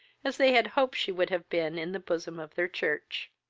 as they had hoped she would have been in the bosom of their church.